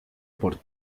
por